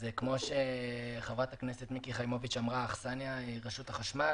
כמו שחברת הכנסת מיקי חיימוביץ' אמרה: האכסניה היא רשות החשמל